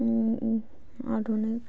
আধুনিক